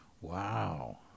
wow